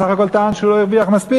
בסך הכול הוא טען שהוא לא הרוויח מספיק.